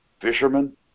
Fishermen